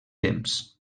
temps